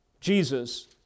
Jesus